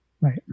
Right